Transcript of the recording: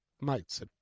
mates